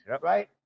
right